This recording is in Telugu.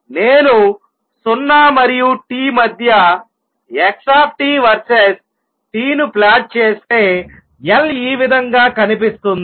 నేను 0 మరియు t మధ్య x వర్సెస్ t ను ప్లాట్ చేస్తే L ఈ విధంగా కనిపిస్తుంది